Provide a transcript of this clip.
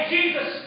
Jesus